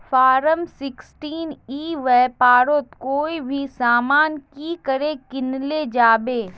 Form sixteen ई व्यापारोत कोई भी सामान की करे किनले जाबे?